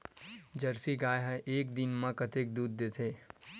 Jersey गाय ह एक दिन म कतेकन दूध देथे?